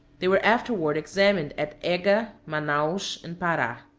they were afterward examined at ega, manaos, and para.